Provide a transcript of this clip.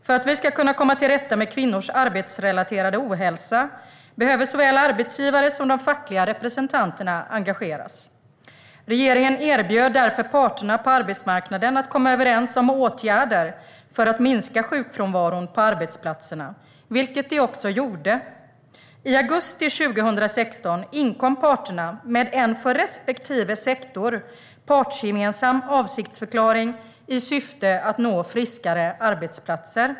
För att vi ska kunna komma till rätta med kvinnors arbetsrelaterade ohälsa behöver såväl arbetsgivare som de fackliga representanterna engageras. Regeringen erbjöd därför parterna på arbetsmarknaden att komma överens om åtgärder för att minska sjukfrånvaron på arbetsplatserna, vilket de också gjorde. I augusti 2016 inkom parterna med en för respektive sektor partsgemensam avsiktsförklaring i syfte att nå friskare arbetsplatser.